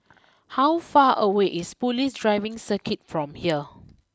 how far away is police Driving Circuit from here